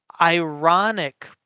ironic